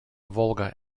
volga